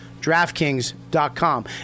DraftKings.com